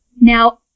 Now